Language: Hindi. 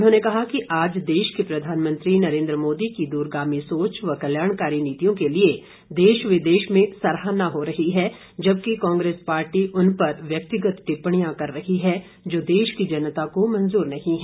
उन्होंने कहा कि आज देश के प्रधानमंत्री नरेंद्र मोदी की दूरगामी सोच व कल्याणकारी नीतियों के लिए देश विदेश में सराहना हो रही है जबकि कांग्रेस पार्टी उन पर व्यक्तिगत टिप्पणियां कर रही है जो देश की जनता को मंजूर नहीं है